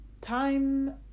Time